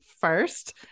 first